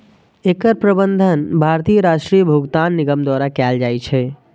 एकर प्रबंधन भारतीय राष्ट्रीय भुगतान निगम द्वारा कैल जाइ छै